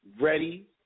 ready